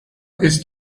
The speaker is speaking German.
ist